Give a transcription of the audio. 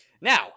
Now